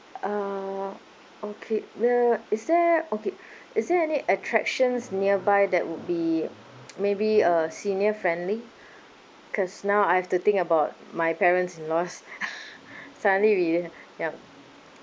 uh okay well is there okay is there any attractions nearby that would be maybe uh senior friendly cause now I have to think about my parents in laws suddenly we ya